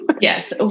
Yes